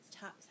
top